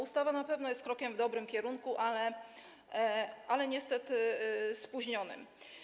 Ustawa na pewno jest krokiem w dobrym kierunku, ale niestety spóźnionym.